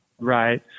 Right